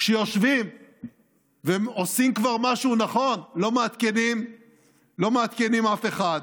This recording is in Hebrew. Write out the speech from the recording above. כשהם עושים כבר משהו נכון, לא מעדכנים אף אחד.